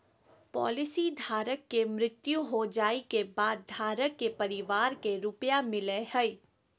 policy धारक के मृत्यु हो जाइ के बाद धारक के परिवार के रुपया मिलेय हइ